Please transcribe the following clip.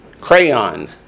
crayon